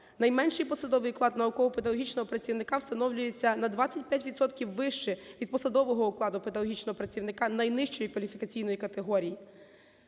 Найменший посадовий оклад науково-педагогічного працівника встановлюється на 25 відсотків вище від посадового окладу педагогічного працівника найнижчої кваліфікаційної категорії.